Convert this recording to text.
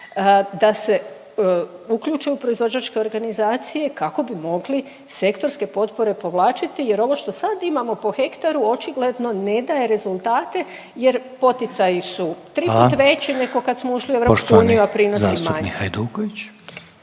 da se uključe u proizvođačke organizacije kako bi mogli sektorske potpore povlačiti jer ovo što sad imamo po hektaru očigledno ne daje rezultate jer poticaji su tri put veći …/Upadica Reiner: Hvala./… nego kad smo ušli